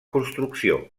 construcció